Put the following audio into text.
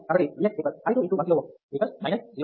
కాబట్టి V x I 2 × 1 kilo Ω 0